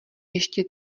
ještě